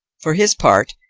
for his part,